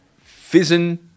fizzing